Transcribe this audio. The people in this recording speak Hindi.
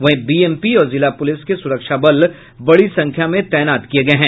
वहीं बीएमपी और जिला पुलिस के सुरक्षा बल बड़ी संख्या में तैनात किये गये हैं